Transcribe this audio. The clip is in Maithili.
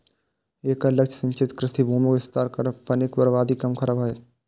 एकर लक्ष्य सिंचित कृषि भूमिक विस्तार करब, पानिक बर्बादी कम करब छै